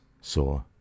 saw